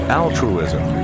altruism